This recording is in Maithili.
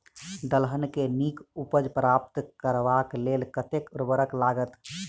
दलहन केँ नीक उपज प्राप्त करबाक लेल कतेक उर्वरक लागत?